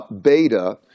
beta